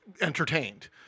entertained